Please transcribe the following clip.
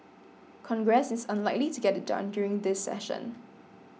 congress is unlikely to get it done during this session